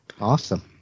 Awesome